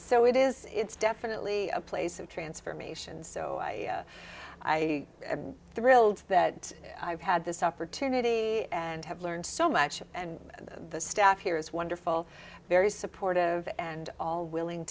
so it is it's definitely a place of transformation so i i thrilled that i've had this opportunity and have learned so much and the staff here is wonderful very supportive and all